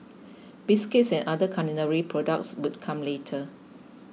biscuits and other culinary products would come later